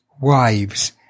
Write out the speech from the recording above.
wives